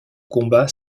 combat